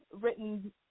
written